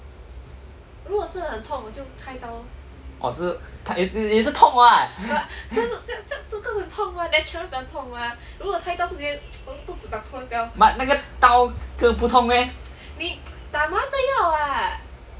orh 就是也是痛 what but 那个刀割不痛 meh